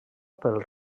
pel